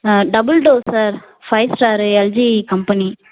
double door sir five star LG company